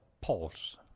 pulse